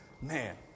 Man